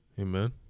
Amen